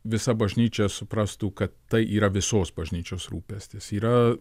visa bažnyčia suprastų kad tai yra visos bažnyčios rūpestis yra